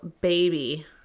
baby